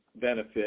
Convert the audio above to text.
benefit